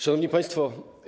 Szanowni Państwo!